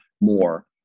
more